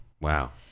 Wow